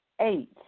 Eight